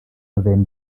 erwähnen